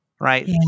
right